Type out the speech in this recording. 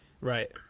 Right